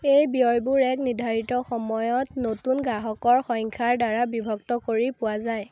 এই ব্যয়বোৰ এক নিৰ্ধাৰিত সময়ত নতুন গ্ৰাহকৰ সংখ্যাৰ দ্বাৰা বিভক্ত কৰি পোৱা যায়